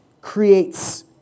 creates